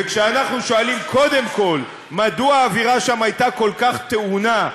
וכשאנחנו שואלים קודם כול מדוע האווירה שם הייתה כל כך טעונה,